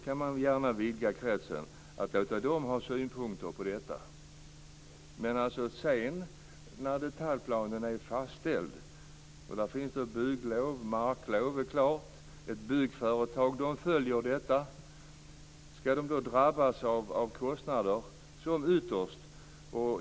Man kan gärna vidga kretsen av sakägare som får anföra synpunkter. Men när detaljplanen är fastställd och bygglov och marklov är klara, kan ett byggföretag som följer dessa drabbas av ytterligare merkostnader.